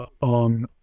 on